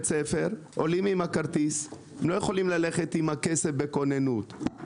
ספר והם לא יכולים ללכת עם הכסף עד שאפשר לחדש.